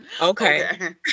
Okay